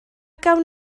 gawn